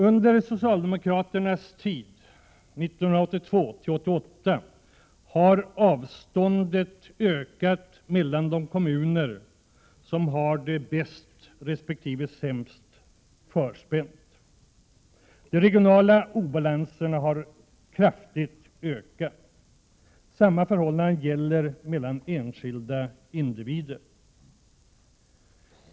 Under socialdemokraternas tid 1982-1988 har avståndet ökat mellan de kommuner som har det bäst resp. sämst förspänt. De regionala obalanserna har ökat kraftigt. Samma förhållande gäller mellan enskilda individer.